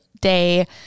day